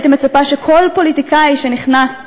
הייתי מצפה שכל פוליטיקאי שנכנס למשכן,